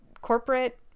corporate